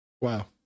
Wow